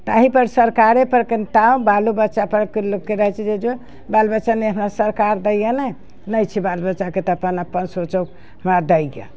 तहिपर सरकारेपर कनि ताव बालो बच्चापर लोकके रहै छै जे जोह बाल बच्चा नहि हमरा सरकार दै नहि नहि छै बाल बच्चाके तऽ अपन अपन सोचौ हमरा दै